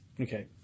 Okay